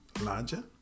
larger